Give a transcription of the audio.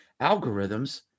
algorithms